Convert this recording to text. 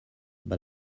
but